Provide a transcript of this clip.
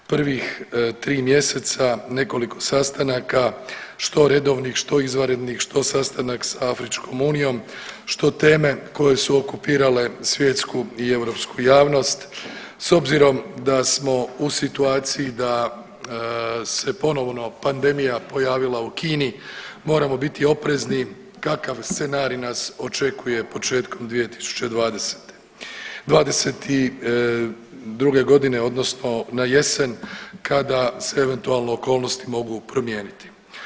Prvih tri mjeseca nekoliko sastanaka što redovnih, što izvanrednih, što sastanak sa afričkom unijom, što teme koje su okupirale svjetsku i europsku javnost s obzirom da smo u situaciji da se ponovno pandemija pojavila u Kini moramo biti oprezni kakav scenarij nas očekuje početkom 2022. godine, odnosno na jesen kada se eventualno okolnosti mogu promijeniti.